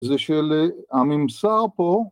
זה של הממסר פה